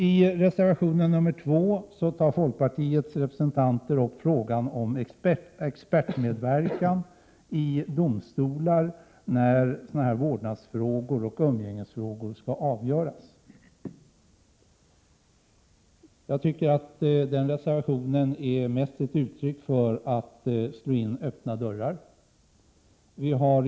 I reservation 2 tar folkpartiets representanter upp frågan om expertmedverkan i domstolar när vårdnadsoch umgängesfrågor skall avgöras. Jag tycker att den reservationen innebär att man slår in öppna dörrar.